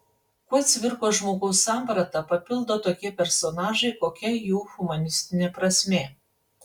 kuo cvirkos žmogaus sampratą papildo tokie personažai kokia jų humanistinė prasmė